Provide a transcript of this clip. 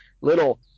little